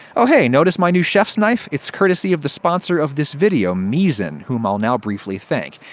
oh hey, notice my new chef's knife? it's courtesy of the sponsor of this video, misen, whom i'll now briefly thank.